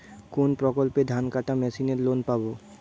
কোন প্রকল্পে ধানকাটা মেশিনের লোন পাব?